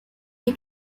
die